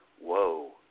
whoa